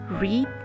Read